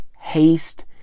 haste